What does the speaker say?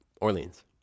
Orleans